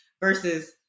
versus